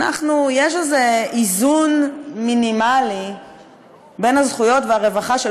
יש איזה איזון מינימלי בין הזכויות והרווחה של